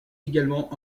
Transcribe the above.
également